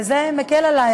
וזה מקל עלי,